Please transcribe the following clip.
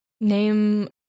name